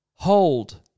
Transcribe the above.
Hold